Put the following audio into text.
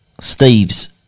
Steve's